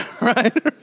Right